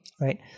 Right